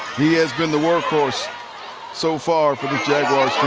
he has been the work horse so far for the jaguar